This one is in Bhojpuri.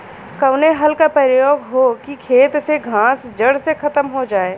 कवने हल क प्रयोग हो कि खेत से घास जड़ से खतम हो जाए?